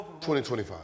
2025